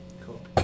Cool